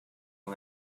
who